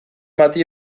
bati